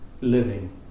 living